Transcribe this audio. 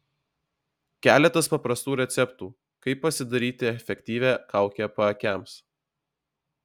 keletas paprastų receptų kaip pasidaryti efektyvią kaukę paakiams